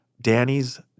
Danny's